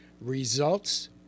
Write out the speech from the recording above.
results